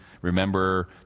Remember